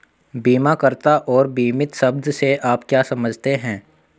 बीमाकर्ता और बीमित शब्द से आप क्या समझते हैं?